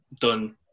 done